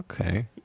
okay